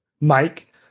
Mike